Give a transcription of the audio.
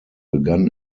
begann